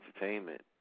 entertainment